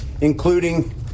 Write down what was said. including